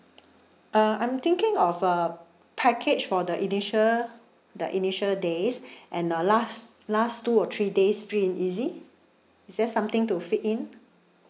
uh I'm thinking of a package for the initial the initial days and the last last two or three days free and easy is there something to fit in